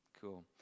Cool